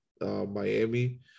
Miami